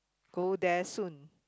go there soon